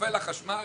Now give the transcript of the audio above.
החשמל